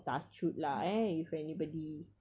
touch wood lah eh if anybody